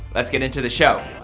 let's get into the show!